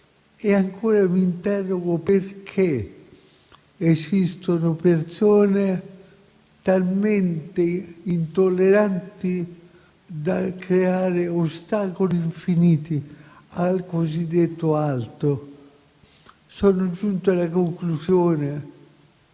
e ancora mi interrogo sul perché esistano persone talmente intolleranti da creare ostacoli infiniti al cosiddetto altro. Sono giunto alla conclusione